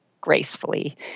gracefully